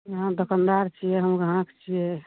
अहाँ दोकनदार छिए हम गाहक छिए